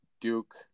duke